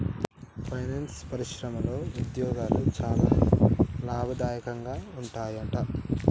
finance పరిశ్రమలో ఉద్యోగాలు చాలా లాభదాయకంగా ఉంటాయట